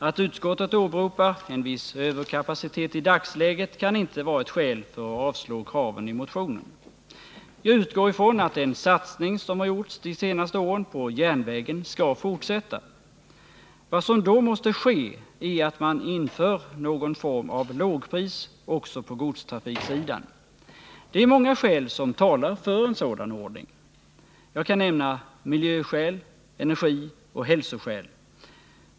Att utskottet åberopar en viss överkapacitet i dagsläget kan inte vara ett skäl för att avslå kraven i motionen. Jag utgår ifrån att den satsning på järnvägen som gjorts de senaste åren skall fortsätta. Vad som då måste ske är att man inför någon form av lågpris också på godstrafiksidan. Det är många skäl som talar för en sådan ordning. Jag kan nämna miljö-, energioch hälsoskäl.